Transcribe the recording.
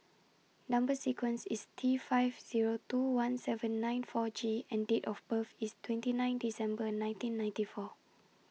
Number sequence IS T five Zero two one seven nine four G and Date of birth IS twenty nine December nineteen ninety four